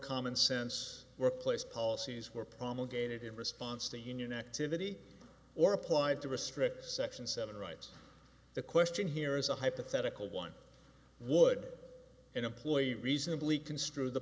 commonsense workplace policies were promulgated in response to union activity or applied to restrict section seven rights the question here is a hypothetical one would employ a reasonably construe the